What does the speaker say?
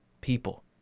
people